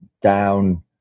down